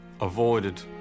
avoided